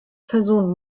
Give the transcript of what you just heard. personen